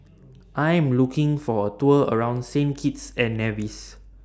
I'm looking For A Tour around Saint Kitts and Nevis